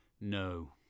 No